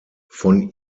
von